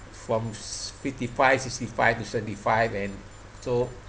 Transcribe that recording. from fifty five sixty five to seventy five and so